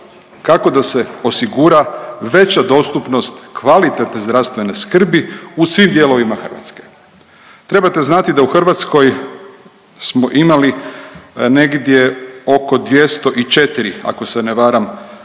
kako da se osigura već dostupnost kvalitetne zdravstvene skrbi u svim dijelovima Hrvatske. Trebate znati da u Hrvatskoj smo imali negdje oko 204 ako se ne varam